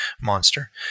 monster